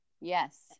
Yes